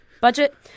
budget